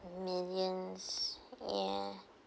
millions ya